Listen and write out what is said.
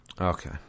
Okay